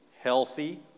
healthy